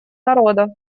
народа